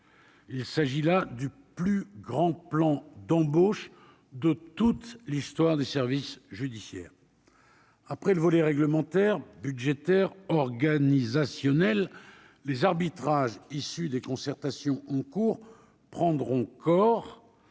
Il s'agit là du plus grand plan d'embauche de toute l'histoire des services judiciaires après le volet réglementaire budgétaire organisationnel, les arbitrages issue des concertations en cours prendront corps